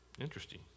Interesting